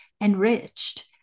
enriched